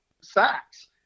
sacks